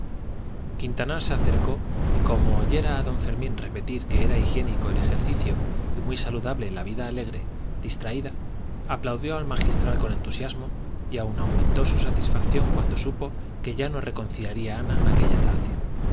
quintanar se acercó y como oyera a don fermín repetir que era higiénico el ejercicio y muy saludable la vida alegre distraída aplaudió al magistral con entusiasmo y aun aumentó su satisfacción cuando supo que ya no reconciliaría ana aquella tarde